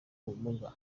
ubumuga